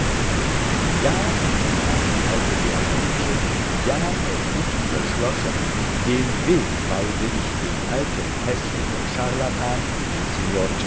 ja sprach die alte beatrice ja es ist beschlossen den weg weise ich dem alten häßlichen charlatan dem